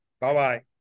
Bye-bye